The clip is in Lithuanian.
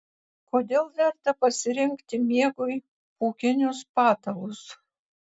kodėl verta pasirinkti miegui pūkinius patalus